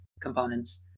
components